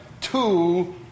two